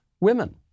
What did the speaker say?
women